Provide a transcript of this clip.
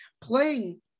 playing